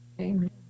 Amen